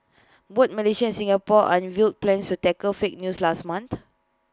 both Malaysia and Singapore unveiled plans to tackle fake news last month